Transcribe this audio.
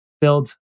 build